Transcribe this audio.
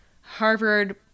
Harvard